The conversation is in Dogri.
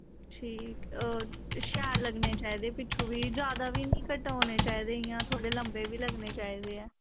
ठीक होर शैल लग्गने चाहिदे पिच्छों बी जैदा बी निं कटोने चाहिदे इ'यां थोह्ड़े लम्बे बी लग्गने चाहिदे ऐ